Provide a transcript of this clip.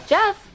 Jeff